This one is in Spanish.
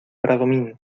bradomín